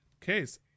case